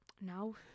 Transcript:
No